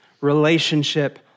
relationship